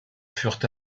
furent